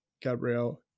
Gabriel